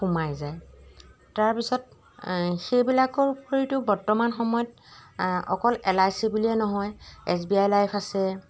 সোমাই যায় তাৰপিছত সেইবিলাকৰ উপৰিওতো বৰ্তমান সময়ত অকল এল আই চি বুলিয়ে নহয় এছ বি আই লাইফ আছে